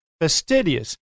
fastidious